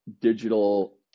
digital